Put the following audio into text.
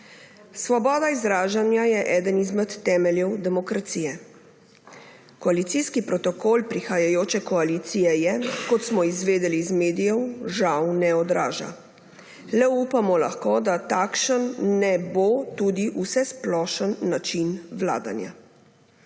Svoboda izražanja je eden izmed temeljev demokracije. Koalicijski protokol prihajajoče koalicije je, kot smo izvedeli iz medijev, žal, ne odraža. Le upamo lahko, da takšen ne bo tudi vsesplošen način vladanja.